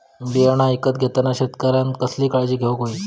बियाणा ईकत घेताना शेतकऱ्यानं कसली काळजी घेऊक होई?